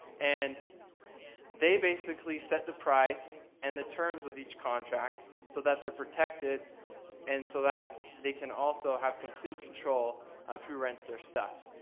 and they basically set the price and the terms of each contract so that they're protected and so that they can also have complete control of who rents their stuff.